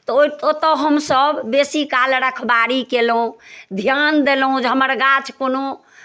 तऽ ओहि ओतय हमसभ बेसी काल रखबारी कयलहुँ ध्यान देलहुँ जे हमर गाछ कोनो